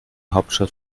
hauptstadt